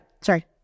Sorry